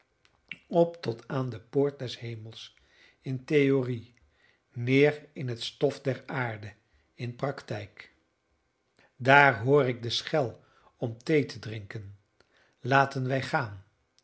mij op tot aan de poort des hemels in theorie neer in het stof der aarde in practijk daar hoor ik de schel om thee te drinken laten wij gaan